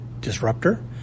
disruptor